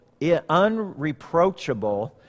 unreproachable